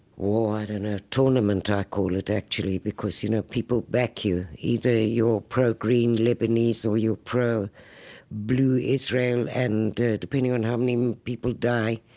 and ah tournament, i call it actually, because, you know, people back you. either you're pro-green lebanese or you're pro-blue pro-blue israel, and depending on how many people die,